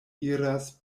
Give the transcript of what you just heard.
iras